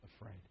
afraid